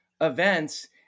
events